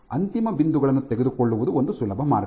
ಅಂತಿಮ ಬಿಂದುಗಳನ್ನು ತೆಗೆದುಕೊಳ್ಳುವುದು ಒಂದು ಸುಲಭ ಮಾರ್ಗ